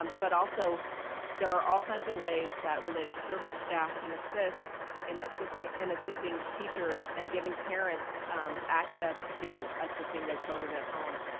um but also there are all kinds of ways that related service staff can assist in assisting in assisting teachers and giving parents access to assisting their children at home.